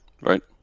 Right